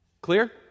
Clear